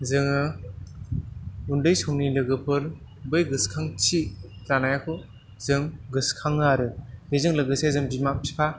जोङो उन्दै समनि लोगोफोर बै गोसोखांथि जानायखौ जों गोसोखाङो आरो बेजों लोगोसे जों बिमा बिफा